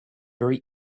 very